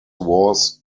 wars